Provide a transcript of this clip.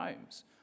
homes